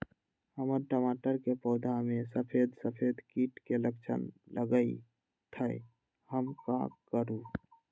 हमर टमाटर के पौधा में सफेद सफेद कीट के लक्षण लगई थई हम का करू?